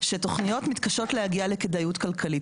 שתוכניות מתקשות להגיע לכדאיות כלכלית.